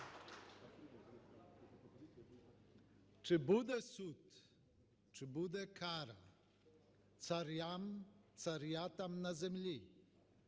"Чи буде суд! Чи буде кара! Царям, царятам на землі?